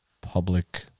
public